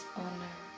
honor